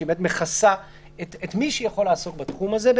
שהיא מכסה את מי שיכול לעסוק בתחום הזה.